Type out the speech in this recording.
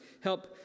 help